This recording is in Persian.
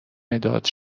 مداد